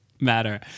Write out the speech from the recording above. matter